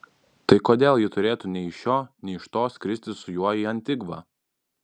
tai kodėl ji turėtų nei iš šio nei iš to skristi su juo į antigvą